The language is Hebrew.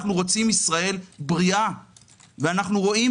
אנחנו עושים את זה לאורך כל הדרך.